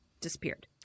Disappeared